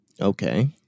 Okay